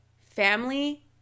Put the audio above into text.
family